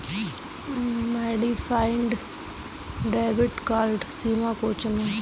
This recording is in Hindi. मॉडिफाइड डेबिट कार्ड सीमा को चुनें